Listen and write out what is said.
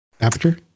Aperture